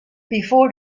before